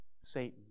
Satan